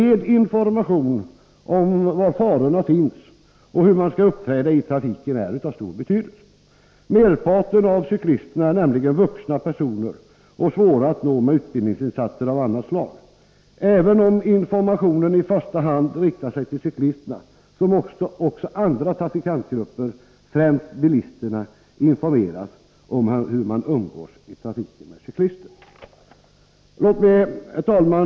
En bred information om var farorna finns och hur man skall uppträda i trafiken är av stor betydelse. Merparten av cyklisterna är nämligen vuxna personer och svåra att nå med utbildningsinsatser av annat slag. Även om informationen i första hand riktar sig till cyklisterna, måste också andra trafikantgrupper, främst bilisterna, informeras om hur man umgås i trafiken med cyklister. Herr talman!